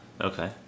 Okay